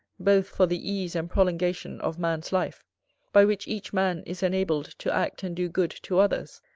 both for the ease and prolongation of man's life by which each man is enabled to act and do good to others,